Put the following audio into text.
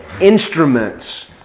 instruments